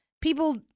people